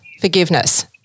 forgiveness